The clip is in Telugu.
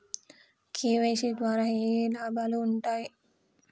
కే.వై.సీ ద్వారా ఏఏ లాభాలు ఉంటాయి?